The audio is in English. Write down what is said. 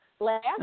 Last